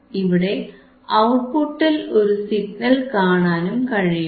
ഇവിടെ ഔട്ട്പുട്ടിൽ ഒരു സിഗ്നൽ കാണാനും കഴിയും